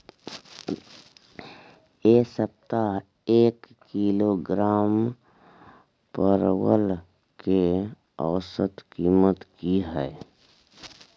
ऐ सप्ताह एक किलोग्राम परवल के औसत कीमत कि हय?